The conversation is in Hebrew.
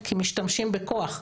כי משתמשים בכוח,